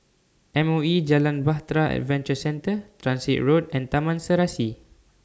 M O E Jalan Bahtera Adventure Centre Transit Road and Taman Serasi